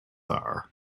are